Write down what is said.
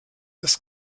des